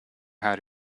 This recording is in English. how